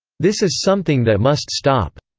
this is something that must stop.